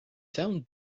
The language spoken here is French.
town